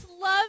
love